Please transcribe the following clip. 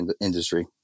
industry